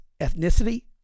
ethnicity